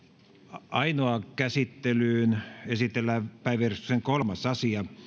ainoaan käsittelyyn esitellään päiväjärjestyksen kolmas asia